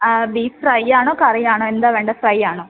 beef fry ആണോ കറി ആണോ എന്താ വേണ്ടേ ഫ്രൈ ആണോ